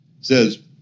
says